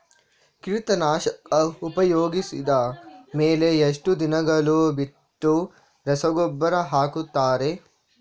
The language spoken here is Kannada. ಕೀಟನಾಶಕ ಉಪಯೋಗಿಸಿದ ಮೇಲೆ ಎಷ್ಟು ದಿನಗಳು ಬಿಟ್ಟು ರಸಗೊಬ್ಬರ ಹಾಕುತ್ತಾರೆ?